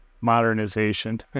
modernization